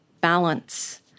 balance